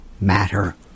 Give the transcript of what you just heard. matter